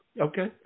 Okay